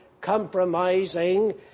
compromising